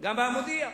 גם ב"המודיע".